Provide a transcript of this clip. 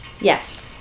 yes